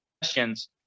questions